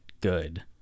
good